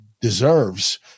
deserves